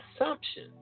assumption